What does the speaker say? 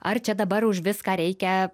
ar čia dabar už viską reikia